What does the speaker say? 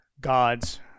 God's